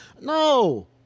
No